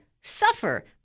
suffer